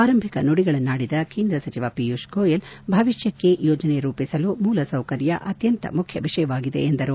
ಆರಂಭಿಕ ನುಡಿಗಳನ್ನಾಡಿದ ಕೇಂದ್ರ ಸಚಿವ ಪಿಯೂಷ್ ಗೋಯಲ್ ಭವಿಷ್ಣಕ್ಷೆ ಯೋಜನೆ ರೂಪಿಸಲು ಮೂಲ ಸೌಕರ್ಯ ಅತ್ಯಂತ ಮುಖ್ಯ ವಿಷಯವಾಗಿದೆ ಎಂದರು